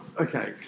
Okay